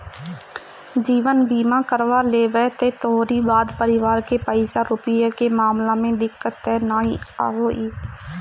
जीवन बीमा करवा लेबअ त तोहरी बाद परिवार के पईसा रूपया के मामला में दिक्कत तअ नाइ होई